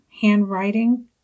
handwriting